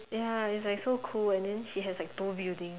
ya its like so cool and than she has like Duo buildings